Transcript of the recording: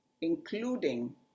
including